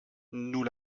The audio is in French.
nous